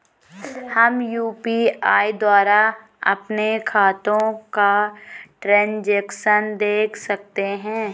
हम यु.पी.आई द्वारा अपने खातों का ट्रैन्ज़ैक्शन देख सकते हैं?